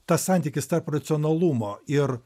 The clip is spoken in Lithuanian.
tas santykis tarp racionalumo ir